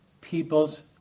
people's